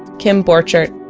kim borchert,